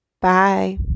Bye